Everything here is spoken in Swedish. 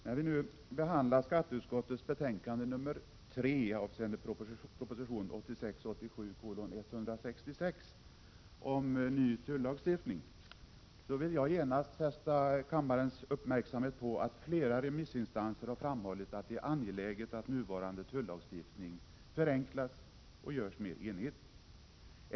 Fru talman! När vi nu behandlar skatteutskottets betänkande nr 3 avseende proposition 1986/87:166 om ny tullagstiftning, vill jag först fästa kammarens uppmärksamhet på att flera remissinstanser framhållit att det är angeläget att nuvarande tullagstiftning förenklas och görs mer enhetlig.